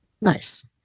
Nice